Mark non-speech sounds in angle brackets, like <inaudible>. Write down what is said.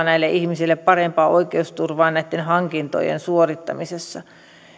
<unintelligible> näille ihmisille parempaa oikeusturvaa näitten hankintojen suorittamisessa